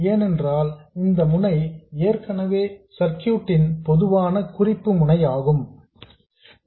ஏனென்றால் இந்த முனை ஏற்கனவே சர்க்யூட் ன் பொதுவான குறிப்பு முனையாக உள்ளது